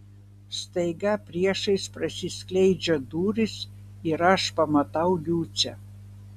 staiga priešais prasiskleidžia durys ir aš pamatau liucę